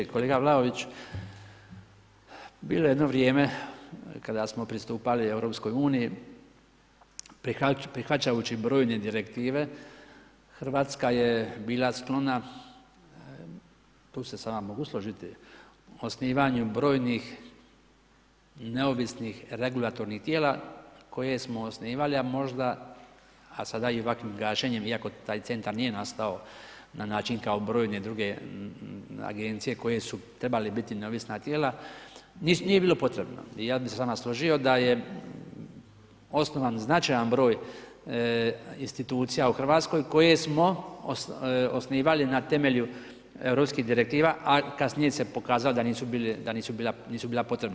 Kolega Vlaović, bilo je jedno vrijeme kada smo pristupali EU-u prihvaćajući brojne direktive, Hrvatska je bila sklona, tu se s vama mogu složiti, osnivanju brojnih neovisnih regulatornih tijela koje smo osnivali a možda a sada i ovakvim gašenjem iako taj centar nije nastao na način kao brojne druge agencije koje su trebale biti neovisna tijela, nije bilo potrebno i ja bih se s vama složio da je značajan broj institucija u RH koje smo osnivali na temelju europskih direktiva, a kasnije se pokazalo da nisu bile potrebne.